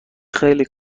خیلی